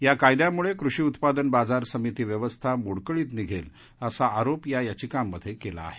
या कायद्यांमुळे कृषी उत्पादन बाजार समिती व्यवस्था मोडकळीत निघेल असा आरोप या याचिकांमधे केला आहे